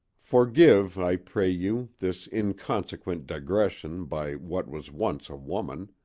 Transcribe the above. forgive, i pray you, this inconsequent digression by what was once a woman.